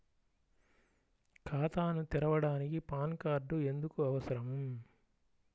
ఖాతాను తెరవడానికి PAN card ఎందుకు అవసరము?